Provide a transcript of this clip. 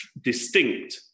distinct